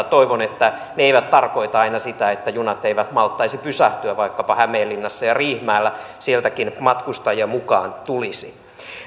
toivon että ne eivät tarkoita aina sitä että junat eivät malttaisi pysähtyä vaikkapa hämeenlinnassa ja riihimäellä sieltäkin matkustajia mukaan tulisi